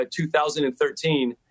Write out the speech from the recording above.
2013